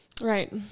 Right